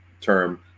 term